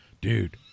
Dude